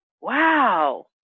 wow